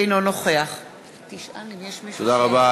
אינו נוכח תודה רבה.